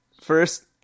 first